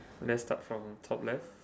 let's start from top left